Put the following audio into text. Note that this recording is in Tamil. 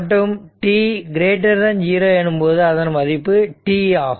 மற்றும் t0 எனும்போது அதன் மதிப்பு t ஆகும்